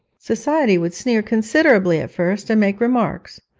society would sneer considerably at first and make remarks,